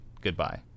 Goodbye